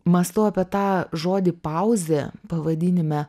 mąstau apie tą žodį pauzė pavadinime